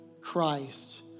Christ